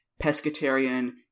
pescatarian